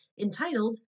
entitled